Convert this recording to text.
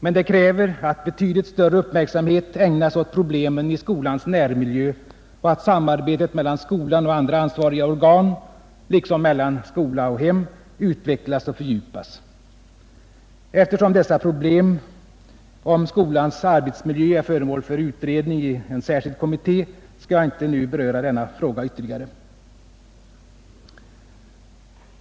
Men det kräver att betydligt större uppmärksamhet ägnas problemen i skolans närmiljö och att samarbetet mellan skolan och andra ansvariga organ liksom mellan skola och hem utvecklas och fördjupas. Eftersom problemen om skolans arbetsmiljö är föremål för utredning i en särskild kommitté, skall jag inte nu beröra denna fråga ytterligare.